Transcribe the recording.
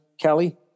Kelly